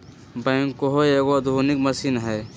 backhoe एगो आधुनिक मशीन हइ